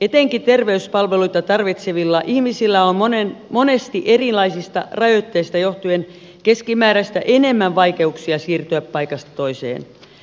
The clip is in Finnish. etenkin terveyspalveluita tarvitsevilla ihmisillä on monesti erilaisista rajoitteista johtuen keskimääräistä enemmän vaikeuksia siirtyä paikasta toiseen